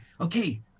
okay